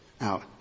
out